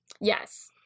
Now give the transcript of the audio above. Yes